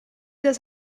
das